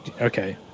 okay